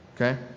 okay